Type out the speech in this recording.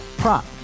Prop